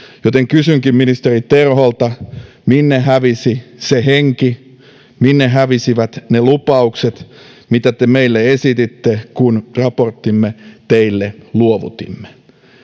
joten kysynkin ministeri terholta minne hävisi se henki minne hävisivät ne lupaukset mitä te meille esititte kun raporttimme teille luovutimme